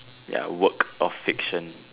ya work of fiction